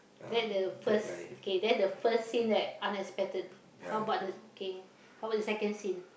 that the first okay that the first scene that unexpected how about the K how bout the second scene